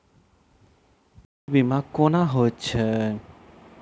फसल बीमा कोना होइत छै?